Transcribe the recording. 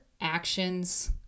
actions